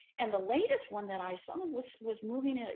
and the latest one that i saw was was moving. ah